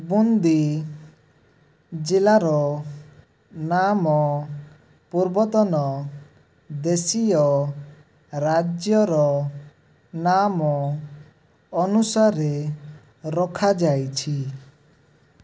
ବୁନ୍ଦୀ ଜିଲ୍ଲାର ନାମ ପୂର୍ବତନ ଦେଶୀୟ ରାଜ୍ୟର ନାମ ଅନୁସାରେ ରଖାଯାଇଛି